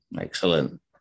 Excellent